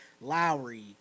Lowry